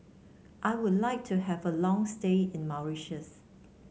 I would like to have a long stay in Mauritius